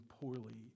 poorly